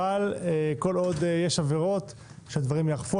אבל כל עוד יש עבירות, שהדברים ייאכפו.